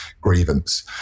grievance